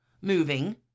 moving